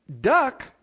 Duck